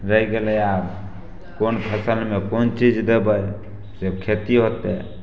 रहि गेलय आब कोन फसलमे कोन चीज देबयसे खेती होतय